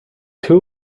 two